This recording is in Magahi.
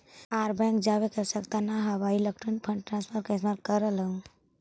आर बैंक जावे के आवश्यकता न हवअ इलेक्ट्रॉनिक फंड ट्रांसफर का इस्तेमाल कर लअ